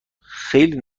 خیلی